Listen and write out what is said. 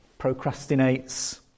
procrastinates